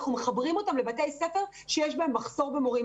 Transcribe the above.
אנחנו מחברים אותם לבתי ספר שיש בהם מחסור במורים.